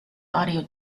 audio